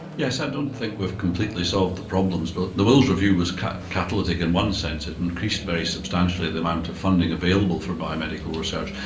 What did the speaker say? yes, i don't think we've completely solved the problems, but the wills review was kind of catalytic in one sense, it increased very substantially the amount of funding available for biomedical research,